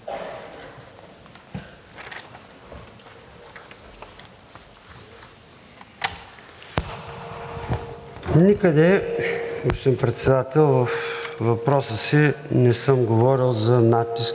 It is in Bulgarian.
Никъде, господин Председател, във въпроса си не съм говорил за натиск